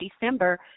December